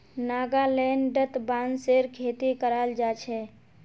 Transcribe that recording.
नागालैंडत बांसेर खेती कराल जा छे